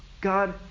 God